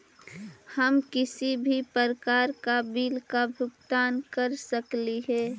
हम किसी भी प्रकार का बिल का भुगतान कर सकली हे?